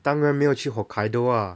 当然没有去 hokkaido ah